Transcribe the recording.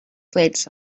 plates